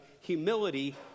humility